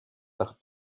par